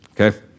Okay